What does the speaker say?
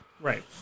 Right